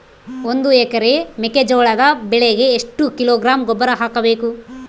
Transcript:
ಒಂದು ಎಕರೆ ಮೆಕ್ಕೆಜೋಳದ ಬೆಳೆಗೆ ಎಷ್ಟು ಕಿಲೋಗ್ರಾಂ ಗೊಬ್ಬರ ಹಾಕಬೇಕು?